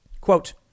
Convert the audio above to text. Quote